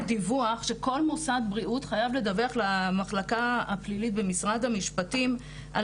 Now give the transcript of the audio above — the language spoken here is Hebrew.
דיווח שכל מוסד בריאות חייב לדווח למחלקה הפלילית במשרד המשפטים על